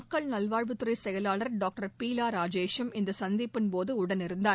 மக்கள் நல்வாழ்வுத்துறைச் செயலாளர் டாக்டர் பீலா ராஜேஷும் இந்த சந்திப்பின்போது உடன் இருந்தார்